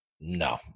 No